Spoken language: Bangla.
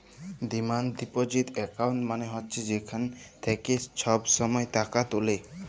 ডিমাল্ড ডিপজিট একাউল্ট মালে হছে যেখাল থ্যাইকে ছব ছময় টাকা তুলে